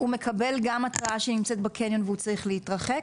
הוא מקבל גם התראה שהיא נמצאת בקניון והוא צריך להתרחק?